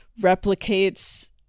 replicates